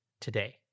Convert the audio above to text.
today